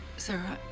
sir,